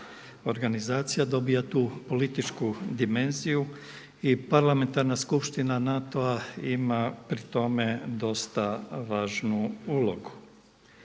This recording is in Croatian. dobiva tu političku dimenziju i Parlamentarna skupština NATO-a ima pri tome dosta važnu ulogu.